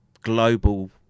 global